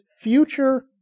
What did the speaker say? future